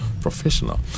professional